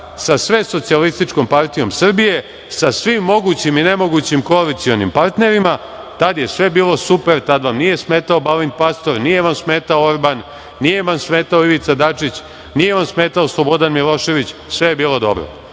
sa sve Socijalističkom partijom Srbije, sa svim mogućim i nemogućim koalicionim partnerima. Tada je sve bilo super, tada vam nije smetao Balint Pastor, nije vam smetao Orban, nije vam smetao Ivica Dačić, nije vam smetao Slobodan Milošević, sve je bilo dobro.E,